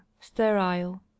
sterile